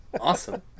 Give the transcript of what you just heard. awesome